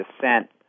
descent